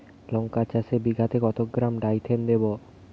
লঙ্কা চাষে বিঘাতে কত গ্রাম ডাইথেন দেবো?